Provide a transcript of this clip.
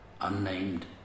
unnamed